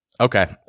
Okay